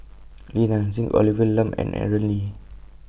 Li Nanxing Olivia Lum and Aaron Lee